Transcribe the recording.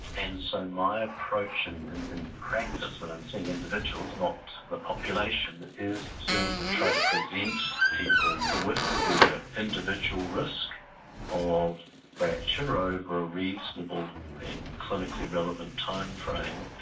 and so my approach and and and practice when i'm seeing individuals, not the population, is to try to present people with their individual risk of fracture over a reasonable and clinically relevant timeframe,